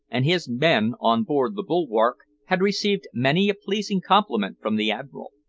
and his men on board the bulwark had received many a pleasing compliment from the admiral.